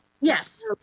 Yes